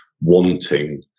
wanting